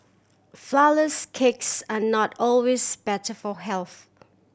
flourless cakes are not always better for health